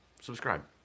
subscribe